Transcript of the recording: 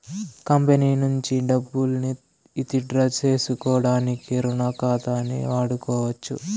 company నుంచి డబ్బుల్ని withdraw సేసుకోడానికి రుణ ఖాతాని వాడుకోవచ్చు